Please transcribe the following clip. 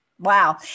Wow